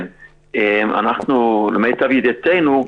למיטב ידיעתנו,